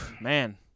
man